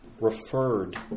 referred